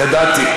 ידעתי.